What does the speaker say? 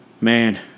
man